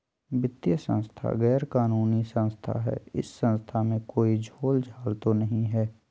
वित्तीय संस्था गैर कानूनी संस्था है इस संस्था में कोई झोलझाल तो नहीं है?